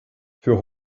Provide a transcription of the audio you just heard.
für